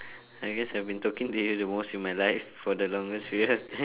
I guess I've been talking to you the most in my life for the longest period of time